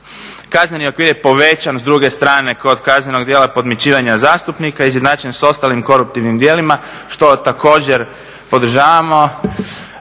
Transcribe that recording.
Kazneni okvir je povećan s druge strane kod kaznenog djela podmićivanja zastupnika, izjednačen sa ostalim koruptivnim djelima što također podržavamo.